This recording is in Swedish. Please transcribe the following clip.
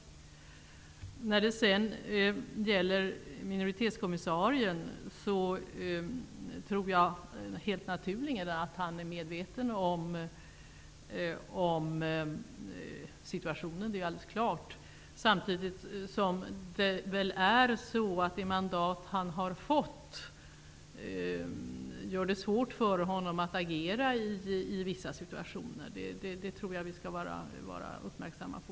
Det är alldeles klart att minoritetskommissarien är medveten om situationen. Samtidigt gör det mandat han har fått det svårt för honom att agera i vissa situationer. Det tror jag att vi skall vara uppmärksamma på.